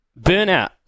burnout